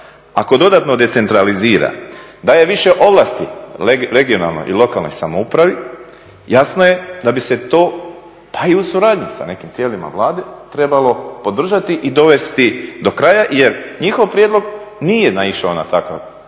ako dodatno decentralizira, daje više ovlasti regionalnoj i lokalnoj samoupravi, jasno je da bi se to pa i u suradnji sa nekim tijelima Vlade trebalo podržati i dovesti do kraja jer njihov prijedlog nije naišao na takvo